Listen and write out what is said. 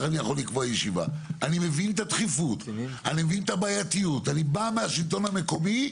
יש לו יותר ניסיון מהשטח מאשר השלטון המקומי.